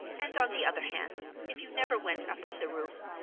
and on the other hand, if you never went up on the roof,